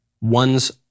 one's